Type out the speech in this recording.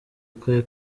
akahe